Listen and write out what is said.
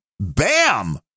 bam